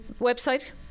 website